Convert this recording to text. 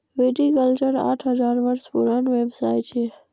viticulture आठ हजार वर्ष पुरान व्यवसाय छियै